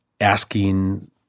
asking